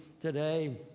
today